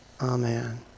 Amen